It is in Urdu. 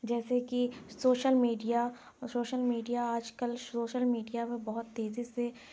جیسے کہ سوشل میڈیا سوشل میڈیا آج کل شوشل میڈیا میں بہت تیزی سے